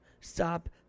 Stop